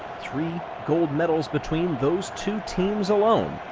three gold medals between those two teams alone.